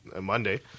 Monday